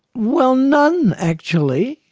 well, none actually,